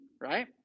right